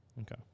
okay